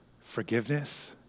forgiveness